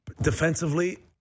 Defensively